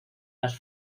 las